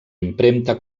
impremta